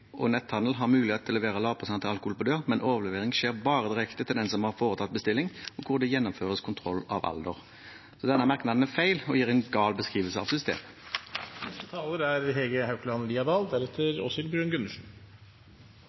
og netthandel har mulighet til å levere lavprosent alkoholprodukter, men overlevering skjer bare direkte til den som har foretatt bestilling, og hvor det gjennomføres kontroll av alder. Så denne merknaden er feil og gir en gal beskrivelse av systemet. Det er to ting som er